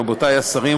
רבותי השרים,